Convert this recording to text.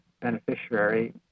beneficiary